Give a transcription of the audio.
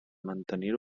mantenir